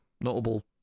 notable